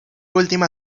última